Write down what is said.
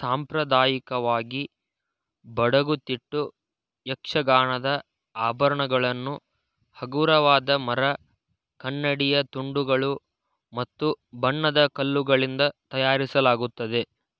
ಸಾಂಪ್ರದಾಯಿಕವಾಗಿ ಬಡಗುತಿಟ್ಟು ಯಕ್ಷಗಾನದ ಆಭರಣಗಳನ್ನು ಹಗುರವಾದ ಮರ ಕನ್ನಡಿಯ ತುಂಡುಗಳು ಮತ್ತು ಬಣ್ಣದ ಕಲ್ಲುಗಳಿಂದ ತಯಾರಿಸಲಾಗುತ್ತದೆ